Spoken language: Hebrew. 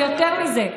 ויותר מזה,